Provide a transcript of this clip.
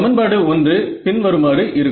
சமன்பாடு 1 பின்வருமாறு இருக்கும்